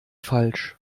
falsch